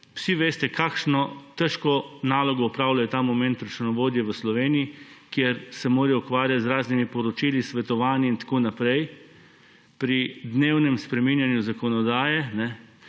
vsi veste, kakšno težko nalogo opravljajo ta moment računovodje v Sloveniji, kjer se morajo ukvarjati z raznimi poročili, svetovanji in tako naprej pri dnevnem spreminjanju zakonodaje,